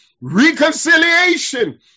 Reconciliation